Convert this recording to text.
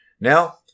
Now